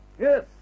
Yes